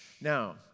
Now